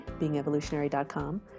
beingevolutionary.com